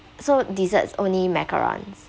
so desserts only macarons